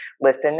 listen